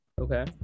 Okay